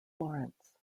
florence